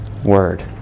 Word